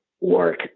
work